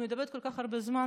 אני מדברת כל כך הרבה זמן?